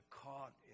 caught